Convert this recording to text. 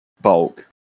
Bulk